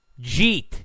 Jeet